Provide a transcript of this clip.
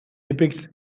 depicts